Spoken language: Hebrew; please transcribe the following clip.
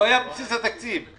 לא היה בבסיס התקציב.